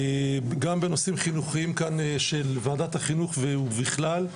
גם בנושאים חינוכיים, כאן של ועדת החינוך ובכלל.